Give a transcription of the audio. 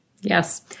Yes